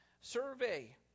survey